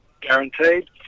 guaranteed